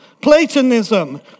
Platonism